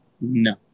No